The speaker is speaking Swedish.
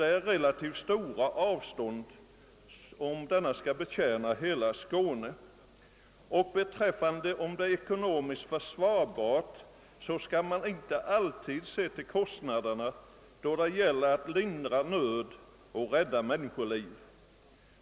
Det blir därför fråga om stora avstånd ifall hela Skåne skall betjänas av denna helikopter. Och beträffande vad som är ekonomiskt försvarbart vill jag framhålla att man ju inte alltid kan se till kostnaderna när det gäller att lindra nöd och rädda människoliv.